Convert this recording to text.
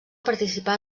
participar